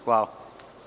Hvala.